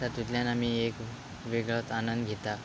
तातूंतल्यान आमी एक वेगळोच आनंद घेता